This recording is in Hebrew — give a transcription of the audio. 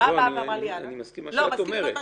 בשלב הראשוני,